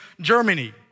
Germany